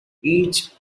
each